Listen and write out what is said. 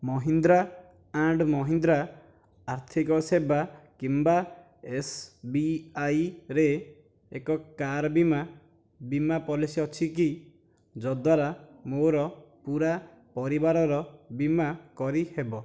Mahindra and Mahindra ଆର୍ଥିକ ସେବା କିମ୍ବା ଏସ୍ବିଆଇରେ ଏକ କାର୍ ବୀମା ବୀମା ପଲିସି ଅଛିକି ଯଦ୍ଦ୍ଵାରା ମୋ'ର ପୂରା ପରିବାରର ବୀମା କରିହେବ